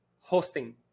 hosting